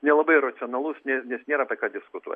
nelabai racionalus ne nėra apie ką diskutuot